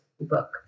book